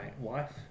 wife